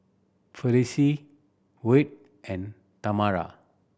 Felicie Wirt and Tamera